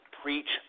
preach